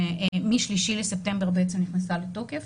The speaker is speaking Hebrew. שמ-3 בספטמבר נכנסה לתוקף,